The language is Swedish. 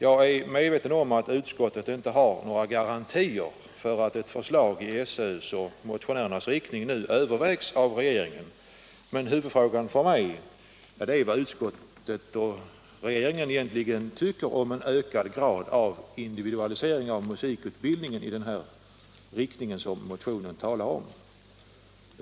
Jag är medveten om att utskottet inte har några garantier för att ett förslag i den riktning SÖ och motionärerna önskar nu övervägs av regeringen, men huvudfrågan för mig är vad utskottet och regeringen egentligen tycker om en ökad grad av individualisering av musikutbildningen i den riktning som motionen talar om.